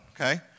okay